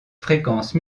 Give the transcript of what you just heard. fréquences